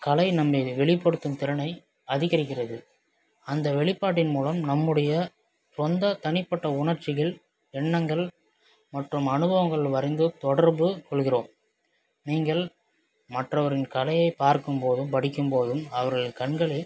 கலை நம்மை வெளிப்படுத்தும் திறனை அதிகரிக்கிறது அந்த வெளிப்பாட்டின் மூலம் நம்முடைய சொந்த தனிப்பட்ட உணர்ச்சிகள் எண்ணங்கள் மற்றும் அனுபவங்கள் வரைந்து தொடர்பு கொள்கிறோம் நீங்கள் மற்றவரின் கலையை பார்க்கும்போதும் படிக்கும்போதும் அவர்கள் கண்களில்